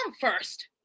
first